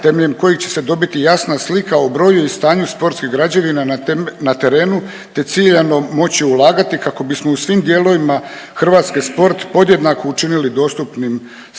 temeljem kojih će se dobiti jasna slika o broju i stanju sportskih građevina na terenu te ciljano moći ulagati kako bismo u svim dijelovima Hrvatske sport podjednako učinili dostupnim svima